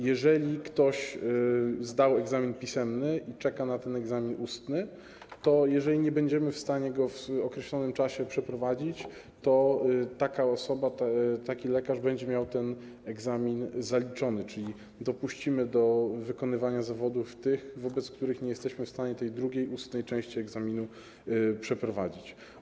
Jeżeli ktoś zdał egzamin pisemny i czeka na ten egzamin ustny, to jeżeli nie będziemy w stanie go w określonym czasie przeprowadzić, to taka osoba, taki lekarz będzie miał ten egzamin zaliczony, czyli dopuścimy do wykonywania tych zawodów, wobec których nie jesteśmy w stanie tej drugiej ustnej części egzaminu przeprowadzić.